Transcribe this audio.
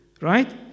Right